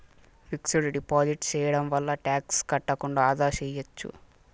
fixed deposit సేయడం వల్ల tax కట్టకుండా ఆదా సేయచ్చు